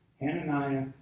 Hananiah